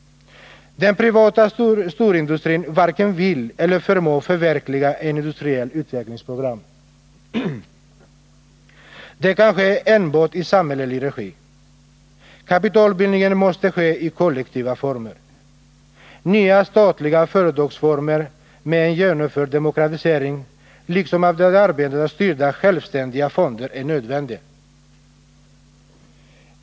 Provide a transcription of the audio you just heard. Den privata storindustrin varken vill eller förmår förverkliga ett industriellt utvecklingsprogram. Det kan ske endast i samhällelig regi. Kapitalbildningen måste ske i kollektiva former. Nya statliga företagsformer med en genomförd demokratisering liksom av de arbetande styrda självständiga fonder är nödvändiga.